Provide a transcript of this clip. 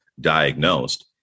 diagnosed